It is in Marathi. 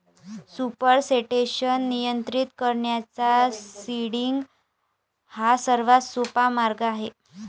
सुपरसेटेशन नियंत्रित करण्याचा सीडिंग हा सर्वात सोपा मार्ग आहे